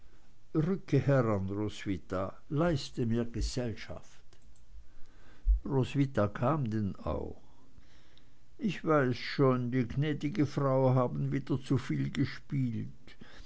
roswitha leiste mir gesellschaft roswitha kam denn auch ich weiß schon die gnädige frau haben wieder zuviel gespielt